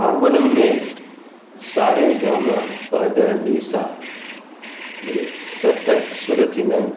harmonium में सा रे गा मा प ध नि सा इहे सत सुर थींदा आहिनि